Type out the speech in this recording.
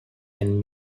and